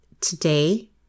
today